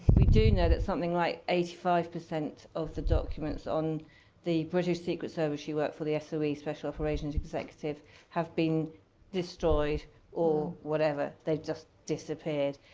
we do know that something like eighty five percent of the documents on the british secret service she worked for the so soe, special operations executive have been destroyed or whatever. they've just disappeared.